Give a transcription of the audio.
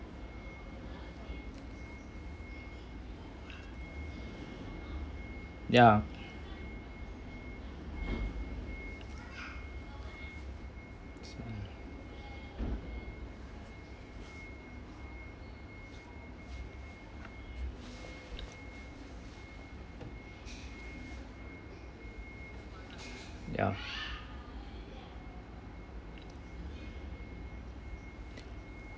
ya ya